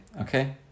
Okay